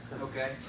Okay